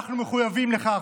ואנחנו מחויבים לכך,